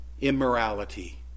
immorality